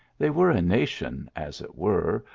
they were a nation, as it were,